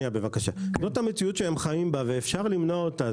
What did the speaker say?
זאת המציאות שהם חיים בה ואפשר למנוע אותה.